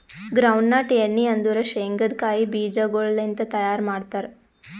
ground nut ಎಣ್ಣಿ ಅಂದುರ್ ಶೇಂಗದ್ ಕಾಯಿ ಬೀಜಗೊಳ್ ಲಿಂತ್ ತೈಯಾರ್ ಮಾಡ್ತಾರ್